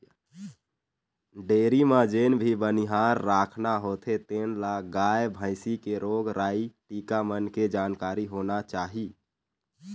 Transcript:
dairy म जेन भी बनिहार राखना होथे तेन ल गाय, भइसी के रोग राई, टीका मन के जानकारी होना चाही